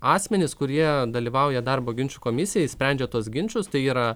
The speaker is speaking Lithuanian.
asmenys kurie dalyvauja darbo ginčų komisijoj sprendžia tuos ginčus tai yra